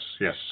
yes